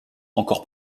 encore